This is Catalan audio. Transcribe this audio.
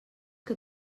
que